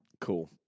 cool